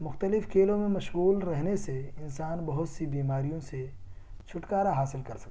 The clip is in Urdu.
مختلف کھیلوں میں مشغول رہنے سے انسان بہت سی بیماریوں سے چھٹکارا حاصل کر سکتا ہے